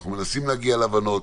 אנחנו מנסים להגיע להבנות.